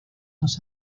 los